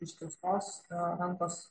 ištiestos rankos